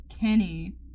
Kenny